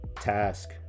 task